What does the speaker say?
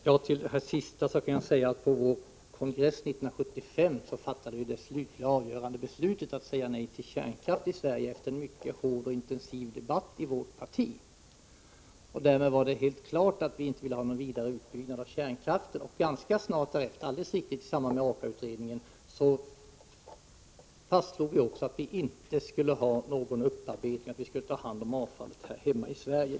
Herr talman! Till det senaste anförda kan jag säga att vi på vår kongress 1975 fattade det slutliga och avgörande beslutet att säga nej till kärnkraft i Sverige efter en mycket hård och intensiv debatt i vårt parti. Därmed var det också helt klart att vi inte ville ha någon vidare utbyggnad av kärnkraften. Ganska snart därefter — det är alldeles riktigt att det var i samband med AKA-utredningen — fastslog vi också att vi inte skulle ha någon upparbetning utan att vi skulle ta hand om avfallet direkt här hemma i Sverige.